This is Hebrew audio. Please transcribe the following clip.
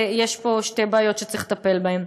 יש פה שתי בעיות שצריך לטפל בהן.